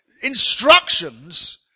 instructions